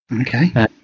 okay